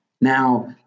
Now –